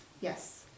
Yes